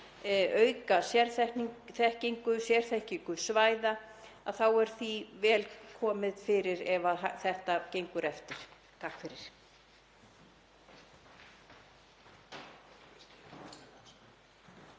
auka sérþekkingu, sérþekkingu svæða — þá er því vel komið fyrir ef þetta gengur eftir. Takk fyrir.